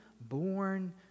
born